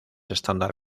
estándar